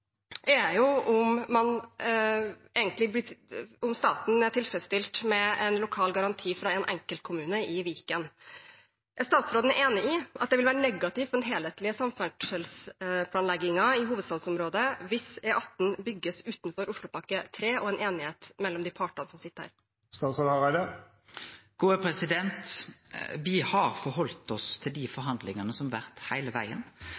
er om staten er tilfredsstilt med en lokal garanti fra en enkeltkommune i Viken. Er statsråden enig i at det vil være negativt for den helhetlige samferdselsplanleggingen i hovedstadsområdet hvis E18 bygges utenfor Oslopakke 3 og en enighet mellom de partene som sitter der? Me har halde oss til dei forhandlingane som har